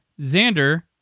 Xander